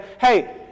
hey